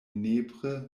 nepre